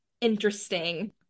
interesting